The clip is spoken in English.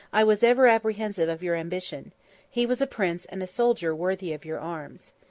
i was ever apprehensive of your ambition he was a prince and a soldier worthy of your arms.